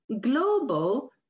global